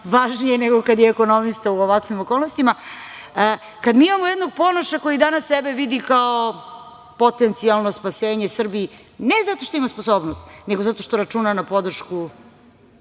važnije nego kada je ekonomista u ovakvim okolnostima, kada mi imamo jednog Ponoša koji danas sebe vidi kao potencijalno spasenje Srbiji ne zato što ima sposobnost, nego zato što računa na podršku